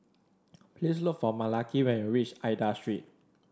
please look for Malaki when you reach Aida Street